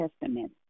Testament